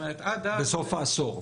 בסוף העשור.